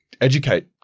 educate